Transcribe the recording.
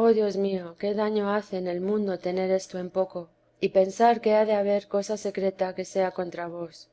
oh dios mío qué daño hace en el mundo tener esto en poco y pensar que ha de haber cosa secreta que sea contra vos